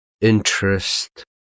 interest